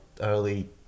early